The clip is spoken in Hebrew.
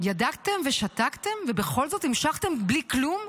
ידעתם ושתקתם, ובכל זאת המשכתם בלי כלום?